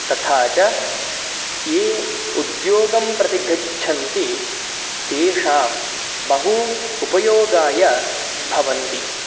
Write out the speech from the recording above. तथा च ये उद्योगं प्रति गच्छन्ति तेषां बहु उपयोगाय भवन्ति